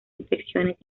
infecciones